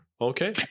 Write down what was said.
okay